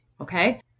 okay